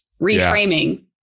reframing